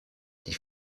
die